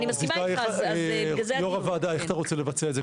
יו"ר הוועדה, איך אתה רוצה לבצע את זה?